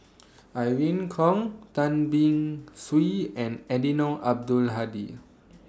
Irene Khong Tan Beng Swee and Eddino Abdul Hadi